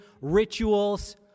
rituals